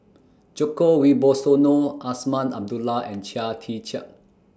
Djoko Wibisono Azman Abdullah and Chia Tee Chiak